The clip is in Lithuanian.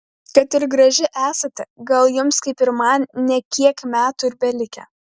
kad ir graži esate gal jums kaip ir man ne kiek metų ir belikę